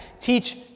teach